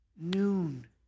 noon